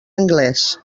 anglès